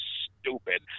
stupid